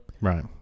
Right